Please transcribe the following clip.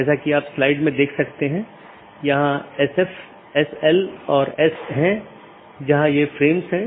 जैसा कि हमने पाथ वेक्टर प्रोटोकॉल में चर्चा की है कि चार पथ विशेषता श्रेणियां हैं